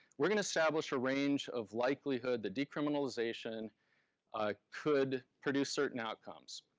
we're gonna establish a range of likelihood the decriminalization could produce certain outcomes,